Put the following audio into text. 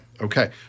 okay